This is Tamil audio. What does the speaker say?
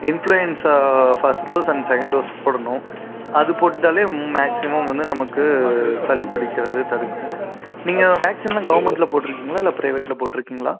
influenza first dose and second dose போடனும் அது போட்டுட்டாலே மேக்சிமம் வந்து நமக்கு சளி பிடிக்காது தடுக்கும் நீங்கள் வேக்சின்லாம் கவுர்மென்ட்ல போட்டுருக்கீங்களா இல்லை ப்ரைவேட்ல போட்டுருக்கீங்களா